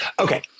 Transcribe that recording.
Okay